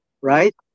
right